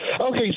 Okay